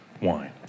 wine